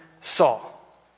Saul